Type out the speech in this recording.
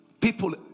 People